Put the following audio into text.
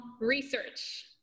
research